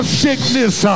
sickness